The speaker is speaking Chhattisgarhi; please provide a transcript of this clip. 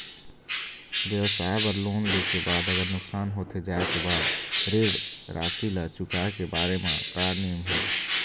व्यवसाय बर लोन ले के बाद अगर नुकसान होथे जाय के बाद ऋण राशि ला चुकाए के बारे म का नेम हे?